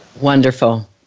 Wonderful